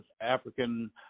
African